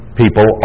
people